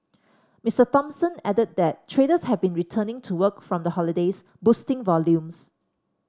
Mister Thompson added that traders have been returning to work from the holidays boosting volumes